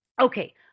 Okay